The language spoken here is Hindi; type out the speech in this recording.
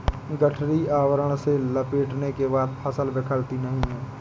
गठरी आवरण से लपेटने के बाद फसल बिखरती नहीं है